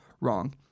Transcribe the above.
wrong